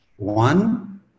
One